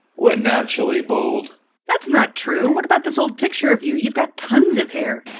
we're naturally bald that's not true what about this old picture of you? you've got tons of hair!